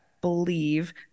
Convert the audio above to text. believe